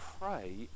pray